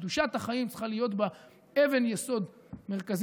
שקדושת החיים צריכה להיות בה אבן יסוד מרכזית.